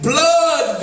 Blood